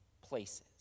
places